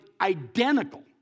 identical